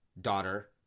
daughter